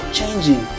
changing